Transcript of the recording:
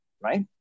Right